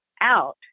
out